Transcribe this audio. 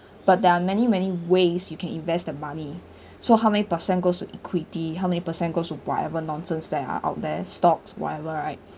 but there are many many ways you can invest the money so how many percent goes to equity how many percent goes to whatever nonsense that are out there stocks whatever right